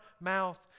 mouth